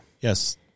Yes